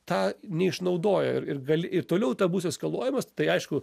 tą neišnaudojo ir ir gali ir toliau bus eskaluojamas tai aišku